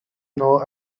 know